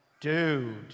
dude